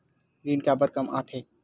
ऋण काबर कम आथे?